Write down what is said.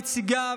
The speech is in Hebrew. נציגיו,